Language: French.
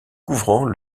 couvrant